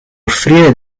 offrire